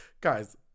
guys